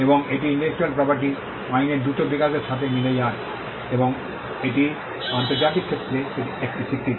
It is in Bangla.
এবং এটি ইন্টেলেকচুয়াল প্রপার্টি আইনের দ্রুত বিকাশের সাথে মিলে যায় এবং এটি আন্তর্জাতিক ক্ষেত্রে একটি স্বীকৃতি